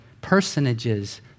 Personages